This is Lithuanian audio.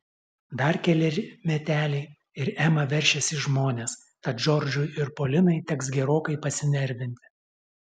dar keleri meteliai ir ema veršis į žmones tad džordžui ir polinai teks gerokai pasinervinti